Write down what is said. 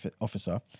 officer